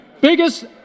Biggest